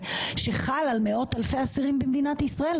שחל על מאות אלפי אסירים במדינת ישראל,